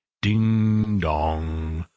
ding, dong!